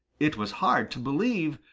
it was hard to believe,